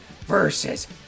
versus